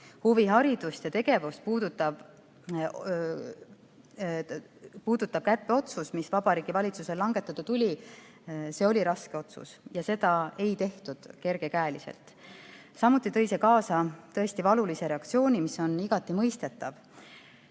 Huviharidust ja -tegevust puudutav kärpeotsus, mis Vabariigi Valitsusel langetada tuli, oli raske otsus ja seda ei tehtud kerge käega. See tõi kaasa tõesti valulise reaktsiooni, mis on igati mõistetav.